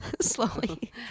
slowly